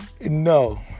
No